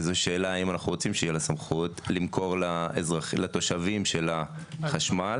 וזו שאלה האם אנחנו רוצים שיהיה לה סמכות למכור לתושבים שלה חשמל.